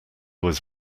was